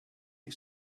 you